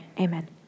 Amen